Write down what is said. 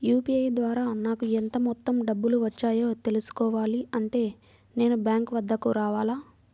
UPI ద్వారా నాకు ఎంత మొత్తం డబ్బులు వచ్చాయో తెలుసుకోవాలి అంటే నేను బ్యాంక్ వద్దకు రావాలా?